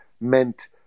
meant